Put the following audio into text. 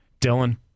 dylan